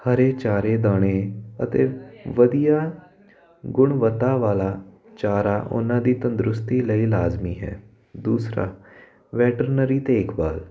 ਹਰੇ ਚਾਰੇ ਦਾਣੇ ਅਤੇ ਵਧੀਆ ਗੁਣਵੱਤਾ ਵਾਲਾ ਚਾਰਾ ਉਹਨਾਂ ਦੀ ਤੰਦਰੁਸਤੀ ਲਈ ਲਾਜ਼ਮੀ ਹੈ ਦੂਸਰਾ ਵੈਟਰਨਰੀ ਦੇਖਭਾਲ